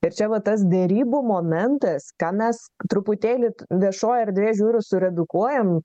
ir čia va tas derybų momentas ką mes truputėlį viešoj erdvėj žiūriu suredukuojam